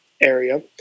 area